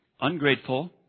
ungrateful